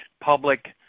public